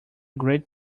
great